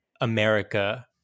America